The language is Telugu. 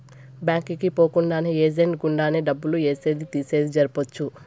బ్యాంక్ కి పోకుండానే ఏజెంట్ గుండానే డబ్బులు ఏసేది తీసేది జరపొచ్చు